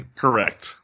Correct